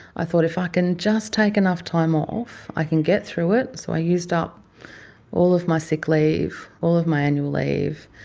i thought if i can just take enough time off i can get through it, so i used up all of my sick leave, all of my annual leave,